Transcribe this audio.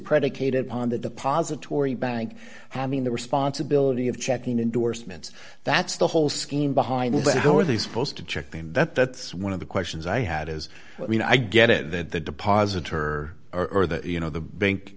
predicated upon the depository bank having the responsibility of checking indorsements that's the whole scheme behind it but who are they supposed to check that that's one of the questions i had is when i get it that the depositor or the you know the bank